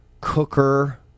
cooker